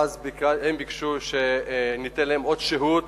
ואז הם ביקשו שניתן להם עוד שהות